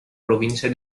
provincia